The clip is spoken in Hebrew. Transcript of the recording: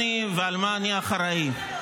הסדר, מהאחרון לראשון.